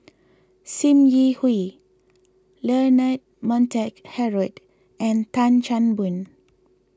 Sim Yi Hui Leonard Montague Harrod and Tan Chan Boon